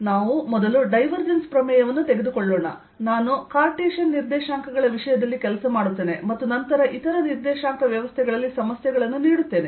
ಆದ್ದರಿಂದ ನಾವು ಮೊದಲು ಡೈವರ್ಜೆನ್ಸ್ ಪ್ರಮೇಯವನ್ನು ತೆಗೆದುಕೊಳ್ಳೋಣ ನಾನು ಕಾರ್ಟೇಶಿಯನ್ ನಿರ್ದೇಶಾಂಕಗಳ ವಿಷಯದಲ್ಲಿ ಕೆಲಸ ಮಾಡುತ್ತೇನೆ ಮತ್ತು ನಂತರ ಇತರ ನಿರ್ದೇಶಾಂಕ ವ್ಯವಸ್ಥೆಗಳಲ್ಲಿ ಸಮಸ್ಯೆಗಳನ್ನು ನೀಡುತ್ತೇನೆ